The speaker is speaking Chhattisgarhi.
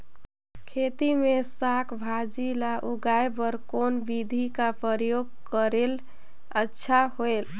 खेती मे साक भाजी ल उगाय बर कोन बिधी कर प्रयोग करले अच्छा होयल?